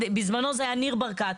בזמנו זה היה ניר ברקת,